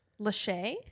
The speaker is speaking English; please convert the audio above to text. Lachey